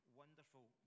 wonderful